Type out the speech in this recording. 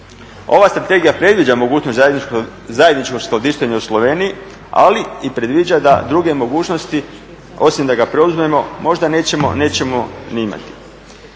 Ova strategija predviđa mogućnost zajedničkog skladištenja u Sloveniji ali i predviđa da druge mogućnosti osim da ga preuzmemo možda nećemo ni imati.